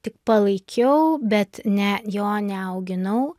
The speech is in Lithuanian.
tik palaikiau bet ne jo neauginau